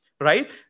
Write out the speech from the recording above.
right